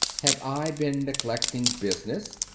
have i been neglecting business?